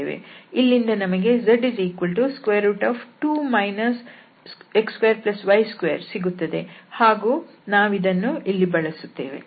ಇಲ್ಲಿಂದ ನಮಗೆ z2 x2y2 ಸಿಗುತ್ತದೆ ಹಾಗೂ ನಾವಿದನ್ನು ಇಲ್ಲಿ ಬಳಸುತ್ತೇವೆ